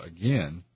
again